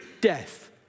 death